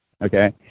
Okay